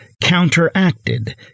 counteracted